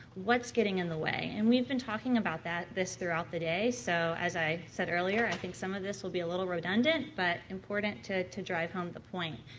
what's getting in the way and we've been talking about that, this throughout the day so as i said earlier, i think some of this will be redundant but important to to drive home the point.